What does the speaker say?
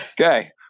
Okay